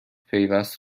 پیوست